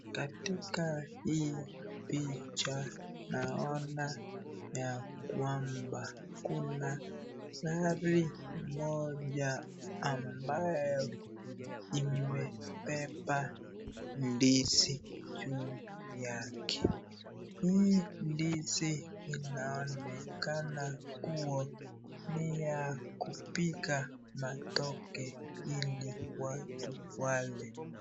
Katika hii picha naona ya kwamba kuna gari moja ambaye imepepa ndizi juu yake hii ndizi inaonekana kuwa ni ya kupika madoke hili watu wale.